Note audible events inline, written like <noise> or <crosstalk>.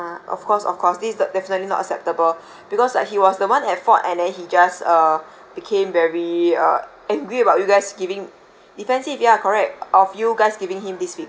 of course of course this def~ definitely not acceptable <breath> because like he was the one at fault and then he just uh <breath> became very uh angry about you guys giving <breath> defensive ya correct of you guys giving him this feedback